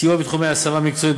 סיוע בתחומי השמה מקצועית,